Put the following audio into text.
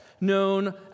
known